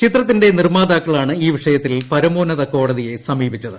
ചിത്രത്തിന്റെ നിർമ്മാതാക്കളാണ് ഈ വിഷയത്തിൽ പരമോന്നത കോടതിയെ സമീപിച്ചത്